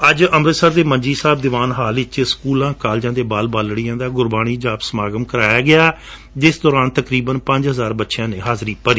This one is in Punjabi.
ਅੱਜ ਅੰਮ੍ਰਿਤਸਰ ਦੇ ਮੰਜੀ ਸਾਹਿਬ ਦੀਵਾਨ ਹਾਲ ਵਿੱਚ ਸਕੂਲ ਕਾਲਜਾਂ ਦੇ ਬਾਲ ਬਾਲੜੀਆਂ ਦਾ ਗੁਰਬਾਣੀ ਜਾਪ ਸਮਾਗਮ ਕਰਵਾਇਆ ਗਿਆ ਜਿਸ ਦੌਰਾਨ ਤਕਰੀਬਨ ਪੰਜ ਹਜਾਰ ਬੱਚਿਆਂ ਨੇ ਹਾਜਰੀ ਭਰੀ